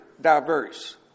diverse